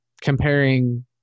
comparing